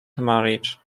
marriage